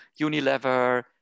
Unilever